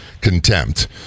contempt